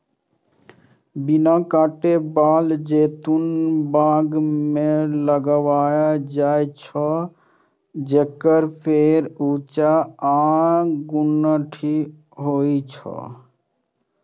बिना कांट बला जैतून बाग मे लगाओल जाइ छै, जेकर पेड़ ऊंच आ सुगठित होइ छै